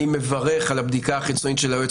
אני מברך על הבדיקה החיצונית של היועץ